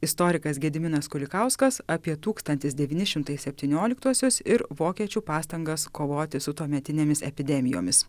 istorikas gediminas kulikauskas apie tūkstantis devyni šimtai septynioliktuosius ir vokiečių pastangas kovoti su tuometinėmis epidemijomis